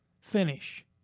finish